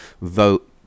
vote